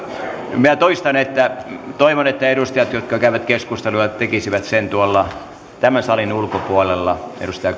ulkopuolella minä toistan että toivon että edustajat jotka käyvät keskusteluja tekisivät sen tuolla tämän salin ulkopuolella edustaja